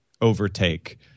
overtake